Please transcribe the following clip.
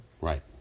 Right